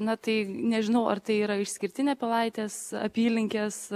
na tai nežinau ar tai yra išskirtinė pilaitės apylinkės